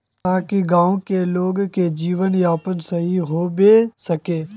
ताकि गाँव की लोग के जीवन यापन सही होबे सके?